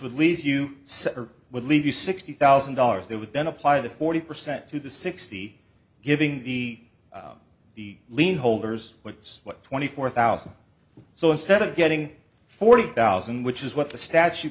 would leave you would leave you sixty thousand dollars they would then apply the forty percent to the sixty giving the the lien holders what's what twenty four thousand so instead of getting forty thousand which is what the statu